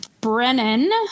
Brennan